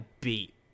beat